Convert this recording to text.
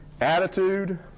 Attitude